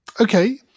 Okay